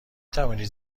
توانید